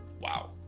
wow